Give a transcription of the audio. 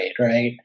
right